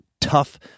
tough